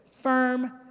firm